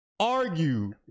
argue